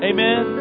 Amen